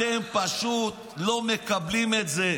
אתה מדבר.